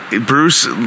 Bruce